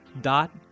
dot